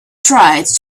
tried